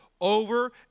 over